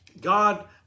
God